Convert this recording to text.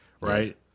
right